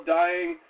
dying